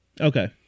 Okay